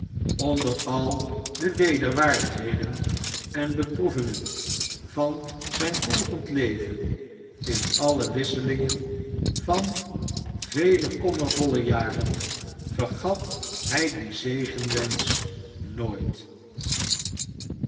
onder al de wederwaardigheden en beproevingen van zijn volgend leven in alle wisselingen van vele kommervolle jaren vergat hij dien zegenwensch nooit